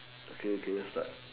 okay okay start